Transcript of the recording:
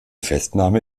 festnahme